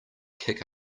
kick